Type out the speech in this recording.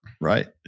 Right